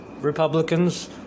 Republicans